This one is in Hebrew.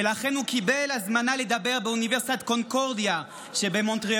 ולכן הוא קיבל הזמנה לדבר באוניברסיטת קונקורדיה שבמונטריאול.